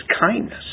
kindness